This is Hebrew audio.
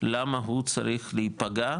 למה הוא צריך להיפגע,